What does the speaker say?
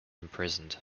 imprisoned